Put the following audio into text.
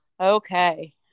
Okay